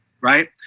Right